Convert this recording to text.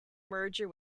merger